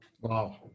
Wow